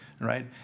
right